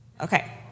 Okay